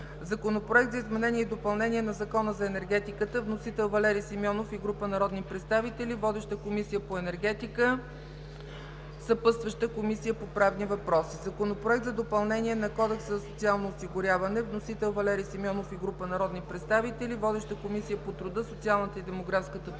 Законопроект за изменение и допълнение на Закона за енергетиката. Вносител – Валери Симеонов и група народни представители. Водеща е Комисията по енергетика. Разпределен е и на Комисията по правни въпроси. Законопроект за допълнение на Кодекса за социално осигуряване. Вносител – Валери Симеонов и група народни представители. Водеща е Комисията по труда, социалната и демографската политика.